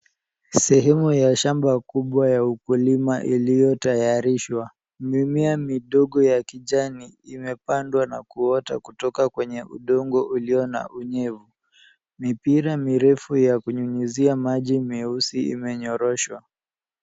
Sehemu ya shamba kubwa ya ukulima iliyotayarishwa. Mimea midogo ya kijani imepandwa na kuota kutoka kwenye udongo ulio na unyevu . Mipira mirefu ya kunyunyuzia maji meusi imenyoroshwa.